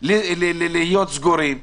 להיות סגורים,